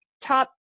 top